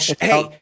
Hey